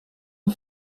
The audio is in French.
ont